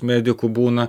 medikų būna